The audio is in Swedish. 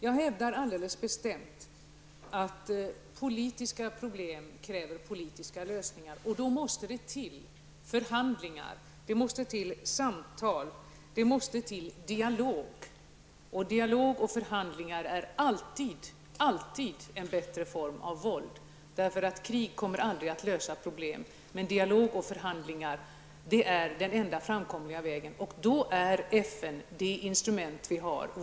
Jag hävdar alldeles bestämt att politiska problem kräver politiska lösningar. Då måste det till förhandlingar, samtal och dialog. Dialog och förhandlingar är alltid en bättre form än våld, därför att krig aldrig är en lösning på problemen. Dialog och förhandlingar är den enda framkomliga vägen. Då är FN ett instrument som vi har.